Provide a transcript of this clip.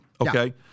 Okay